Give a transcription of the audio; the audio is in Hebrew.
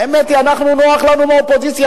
האמת היא שנוח לנו באופוזיציה.